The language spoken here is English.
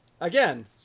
again